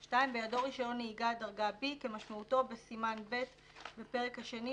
אדוני, הסתייגות אחת קטנה.